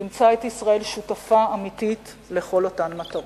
תמצא את ישראל שותפה לכל אותן מטרות.